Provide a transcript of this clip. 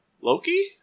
Loki